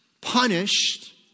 punished